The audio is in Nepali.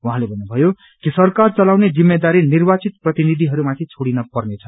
उहाँले भन्नुभयो कि सरकार चलाउने जिम्मेदारी निर्वाचित प्रतिनिधिहरूमाथि छोड़िन पर्नेछ